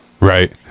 right